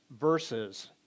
verses